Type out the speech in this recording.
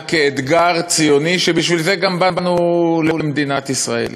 אלא כאתגר ציוני, ובשביל גם זה באנו למדינת ישראל.